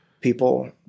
people